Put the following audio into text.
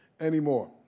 anymore